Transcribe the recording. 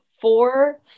four